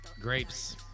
Grapes